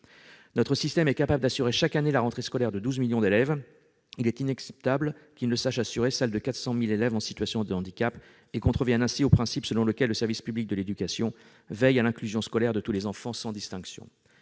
Notre système est capable d'assurer, chaque année, la rentrée scolaire de 12 millions d'élèves. Il est inacceptable qu'il ne sache assurer celle des 400 000 élèves en situation de handicap et qu'il contrevienne ainsi au principe selon lequel le service public de l'éducation veille à l'inclusion scolaire de tous les enfants, sans distinction.